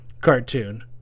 cartoon